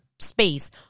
space